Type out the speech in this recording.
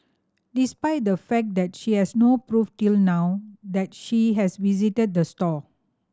despite the fact that she has no proof till now that she has visited the store